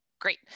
Great